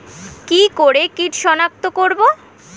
কি করে কিট শনাক্ত করব?